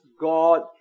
God